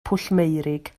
pwllmeurig